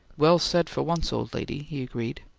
well said for once, old lady, he agreed.